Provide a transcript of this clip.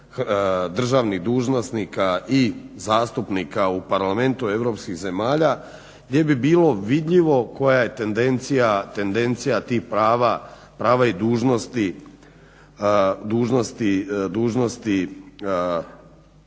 državnih dužnosnika i zastupnika u Parlamentu europskih zemalja gdje bi bilo vidljivo koja je tendencija tih prava i dužnosti